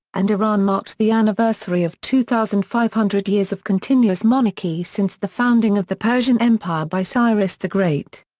and iran marked the anniversary of two thousand five hundred years of continuous monarchy since the founding of the persian empire by cyrus the great.